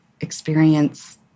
experience